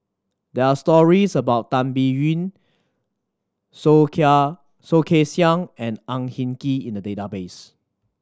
there are stories about Tan Biyun Soh Soh Kay Siang and Ang Hin Kee in the database